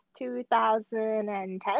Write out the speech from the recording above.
2010